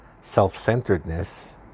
self-centeredness